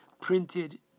printed